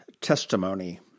testimony